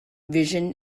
vision